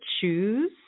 choose